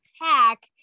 attack